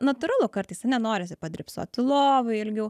natūralu kartais ane norisi padrybsoti lovoj ilgiau